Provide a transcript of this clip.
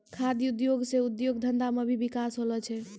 खाद्य उद्योग से उद्योग धंधा मे भी बिकास होलो छै